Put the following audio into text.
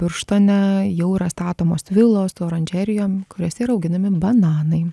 birštone jau yra statomos vilos su oranžerijom kuriose yra auginami bananai